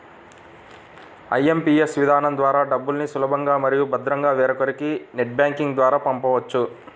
IMPS విధానం ద్వారా డబ్బుల్ని సులభంగా మరియు భద్రంగా వేరొకరికి నెట్ బ్యాంకింగ్ ద్వారా పంపొచ్చు